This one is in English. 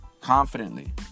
confidently